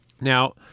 Now